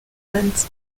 plant